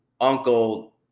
uncle